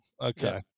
Okay